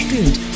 Good